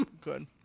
Good